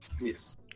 Yes